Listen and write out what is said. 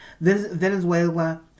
Venezuela